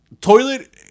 toilet